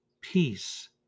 peace